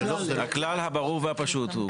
הכלל הברור והפשוט הוא,